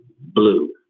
blue